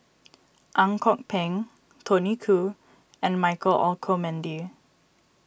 Ang Kok Peng Tony Khoo and Michael Olcomendy